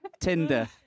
Tinder